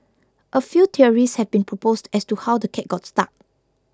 a few theories have been proposed as to how the cat got stuck